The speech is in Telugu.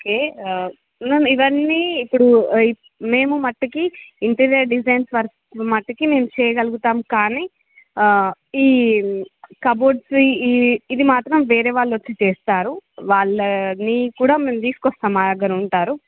ఓకే మ్యామ్ ఇవన్నీ ఇప్పుడు ఇప్ మేము మట్టుకి ఇంటీరియర్ డిజైన్ వర్క్ మట్టుకి మేం చేయగలుగుతాం కానీ ఈ కబోడ్స్ ఈ ఇది మాత్రం వేరే వాళ్ళు వచ్చి చేస్తారు వాళ్ళని కూడా మేం తీసుకోస్తాం మా దగ్గర ఉంటారు